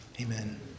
amen